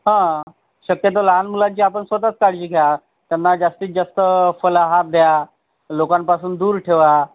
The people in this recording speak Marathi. हा शक्यतो लहान मुलांची आपण स्वतःच काळजी घ्या त्यांना जास्तीत जास्त फलाहार द्या लोकांपासून दूर ठेवा